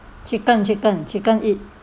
chicken chicken chicken eat